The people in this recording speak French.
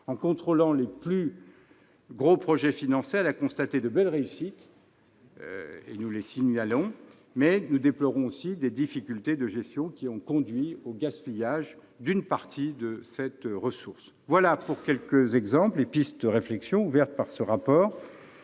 En contrôlant les plus gros projets financés, elle a constaté de belles réussites, qu'elle mentionne, mais elle déplore aussi des difficultés de gestion ayant conduit au gaspillage d'une partie de cette ressource. Voilà pour quelques exemples et pistes de réflexion ouvertes par ce rapport.